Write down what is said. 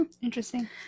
Interesting